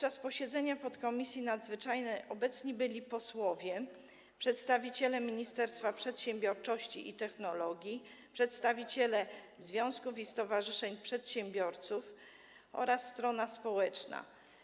Na posiedzeniu podkomisji nadzwyczajnej obecni byli posłowie, przedstawiciele Ministerstwa Przedsiębiorczości i Technologii, przedstawiciele związków i stowarzyszeń przedsiębiorców oraz strona społeczna.